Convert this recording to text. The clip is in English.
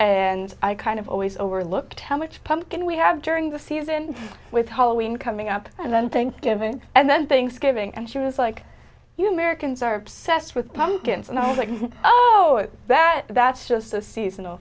and i kind of always over looked how much pumpkin we have during the season with how we in coming up and then thanksgiving and then things giving and she was like you americans are obsessed with pumpkins and i was like oh oh that that's just so seasonal